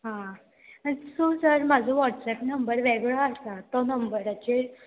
हां so sir म्हाजो WhatsApp number वेगळो आसा तो नंबराचेर